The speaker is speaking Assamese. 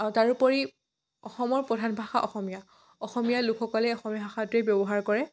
তাৰোপৰি অসমৰ প্ৰধান ভাষা অসমীয়া অসমীয়া লোকসকলে অসমীয়া ভাষাটোৱে ব্যৱহাৰ কৰে